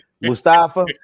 Mustafa